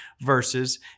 verses